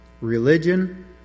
religion